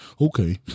Okay